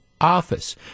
office